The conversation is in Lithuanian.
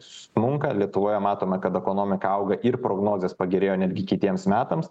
smunka lietuvoje matome kad ekonomika auga ir prognozės pagerėjo netgi kitiems metams